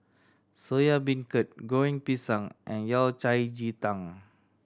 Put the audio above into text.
Soya Beancurd Goreng Pisang and Yao Cai ji tang